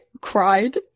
cried